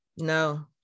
No